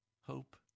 hope